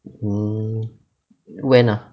oh when ah